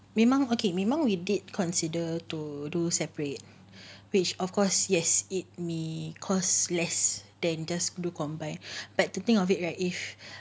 memang okay memang we did consider to do separate which of course yes it may cost less than just do combine but to think of it right if